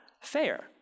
fair